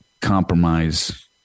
compromise